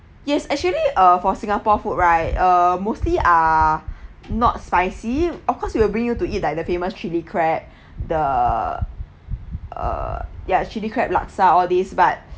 yes actually uh for singapore food right uh mostly are not spicy of course we will bring you to eat like the famous chili crab the uh ya chilli crab laksa all these but